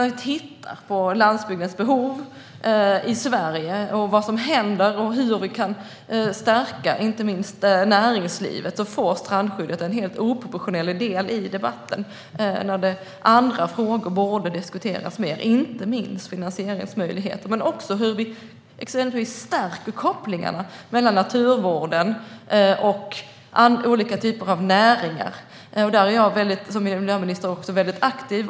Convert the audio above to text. När det gäller landsbygdens behov i Sverige, vad som händer och hur vi kan stärka inte minst näringslivet får strandskyddet en helt oproportionerlig del i debatten. Andra frågor borde diskuteras mer, inte minst finansieringsmöjligheter, men också hur vi exempelvis stärker kopplingarna mellan naturvården och olika typer av näringar. Där är jag som miljöminister väldigt aktiv.